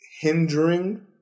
hindering